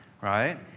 right